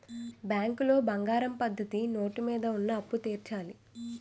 బ్యాంకులో బంగారం పద్ధతి నోటు మీద ఉన్న అప్పు తీర్చాలి